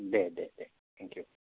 दे दे दे thank U